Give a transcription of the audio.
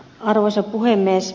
arvoisa puhemies